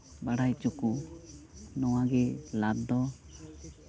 ᱵᱟᱲᱟᱭ ᱚᱪᱚ ᱠᱚ ᱱᱚᱣᱟ ᱜᱮ ᱞᱟᱵᱽ ᱫᱚ